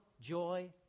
joy